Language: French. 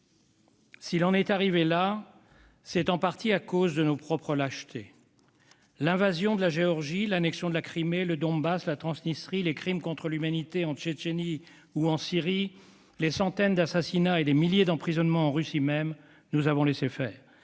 S'il en est arrivé là, c'est en partie à cause de nos propres lâchetés. L'invasion de la Géorgie, l'annexion de la Crimée, le Donbass, la Transnistrie, les crimes contre l'humanité commis en Tchétchénie ou en Syrie, les centaines d'assassinats et les milliers d'emprisonnements en Russie même : tout cela, nous l'avons laissé faire.